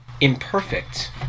imperfect